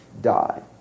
die